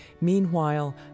Meanwhile